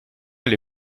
elle